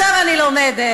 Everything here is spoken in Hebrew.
עכשיו אני לומדת.